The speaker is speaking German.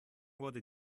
wurde